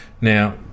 Now